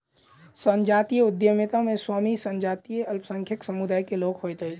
संजातीय उद्यमिता मे स्वामी संजातीय अल्पसंख्यक समुदाय के लोक होइत अछि